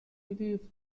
believe